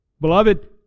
Beloved